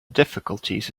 difficulties